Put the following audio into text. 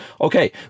okay